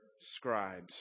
scribes